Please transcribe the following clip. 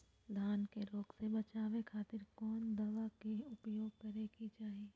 धान के रोग से बचावे खातिर कौन दवा के उपयोग करें कि चाहे?